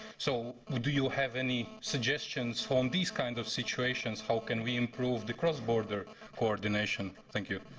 so do you have any suggestions from these kind of situations, how can we improve the cross-border coordination? thank you.